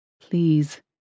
Please